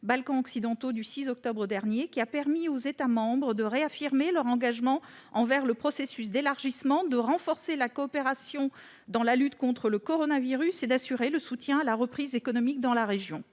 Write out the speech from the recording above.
occidentaux du 6 octobre dernier, qui a permis aux États membres de réaffirmer leur engagement vis-à-vis du processus d'élargissement, de renforcer la coopération dans la lutte contre le coronavirus et d'assurer le soutien à la reprise économique dans la région.